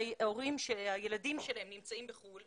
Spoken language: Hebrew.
הורים שהילדים שלהם נמצאים בחו"ל,